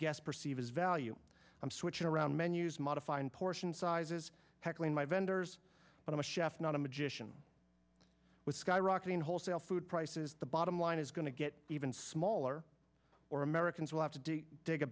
guests perceive as value i'm switching around menus modifying portion sizes heckling my vendors but i'm a chef not a magician with skyrocketing wholesale food prices the bottom line is going to get even smaller or americans will have to dig dig a